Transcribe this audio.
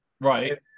Right